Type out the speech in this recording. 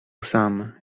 sam